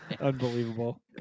unbelievable